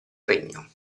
regno